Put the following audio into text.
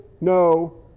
no